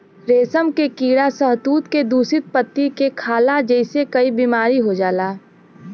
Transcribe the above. रेशम के कीड़ा शहतूत के दूषित पत्ती के खाला जेसे कई बीमारी हो जाला